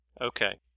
Okay